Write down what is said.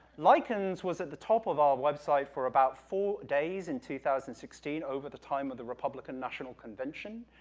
likens was at the top of our website for about four days in two thousand and sixteen over the time of the republican national convention,